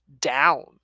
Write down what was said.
down